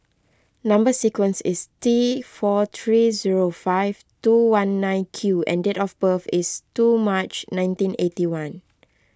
Number Sequence is T four three zero five two one nine Q and date of birth is two March nineteen eighty one